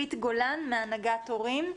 צופית גולן מהנהגת הורים.